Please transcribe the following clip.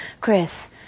Chris